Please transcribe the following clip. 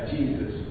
Jesus